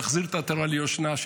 להחזיר עטרה ליושנה.